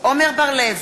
עמר בר-לב,